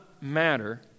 matter